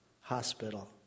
hospital